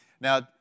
Now